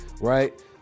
Right